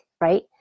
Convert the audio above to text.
right